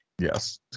Yes